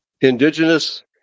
indigenous